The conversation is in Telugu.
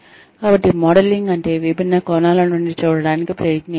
కాబట్టి మోడలింగ్ అంటే విభిన్న కోణాల నుండి చూడటానికి ప్రయత్నిచడం